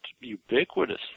ubiquitous